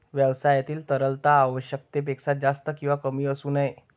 व्यवसायातील तरलता आवश्यकतेपेक्षा जास्त किंवा कमी असू नये